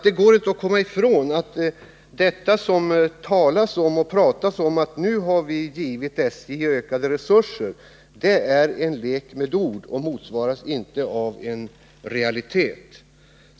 Det går inte att komma ifrån att detta tal om att vi nu har givit SJ ökade resurser är en lek med ord som inte motsvaras av en realitet.